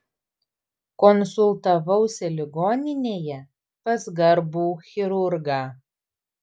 konsultavausi ligoninėje pas garbų chirurgą